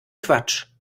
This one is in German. quatsch